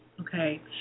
okay